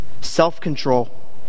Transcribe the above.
self-control